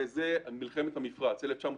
וזאת מלחמת המפרץ ב-1991.